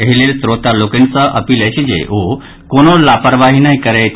एहि लेल श्रोता लोकनि सँ अपील अछि जे ओ कोनो लापरवाही नहि करथि